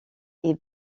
est